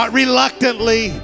reluctantly